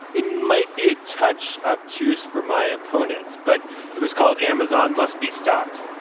it might be a touch obtuse for my opponents, but it was called amazon must be stopped.